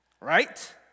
right